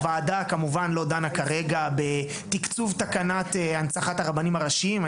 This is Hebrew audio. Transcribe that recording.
הוועדה כמובן לא דנה כרגע בתקצוב תקנת הנצחת הרבנים הראשיים.